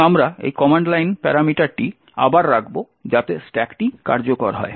এবং আমরা এই কমান্ড লাইন প্যারামিটারটি আবার রাখব যাতে স্ট্যাকটি কার্যকর হয়